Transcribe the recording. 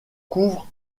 couvre